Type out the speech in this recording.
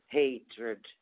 hatred